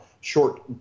short